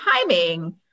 timing